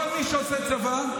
כל מי שעושה צבא,